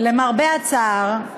למרבה הצער,